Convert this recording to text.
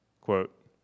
quote